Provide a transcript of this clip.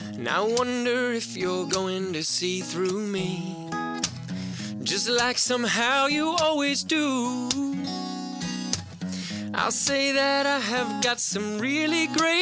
now i wonder if you're going to see through me just like somehow you always do and i'll say that i have got some really gre